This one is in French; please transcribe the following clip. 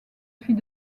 fit